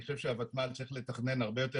אני חושב שהוותמ"ל צריך לתכנן הרבה יותר